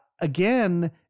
again